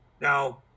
Now